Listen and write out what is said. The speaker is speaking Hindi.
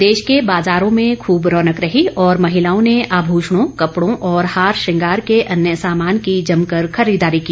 प्रदेश के बाजारों में खूब रौनक रही और महिलाओं ने आभूषणों कपड़ों और हार श्रंगार के अन्य सामान की जमकर खरीददारी की